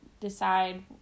decide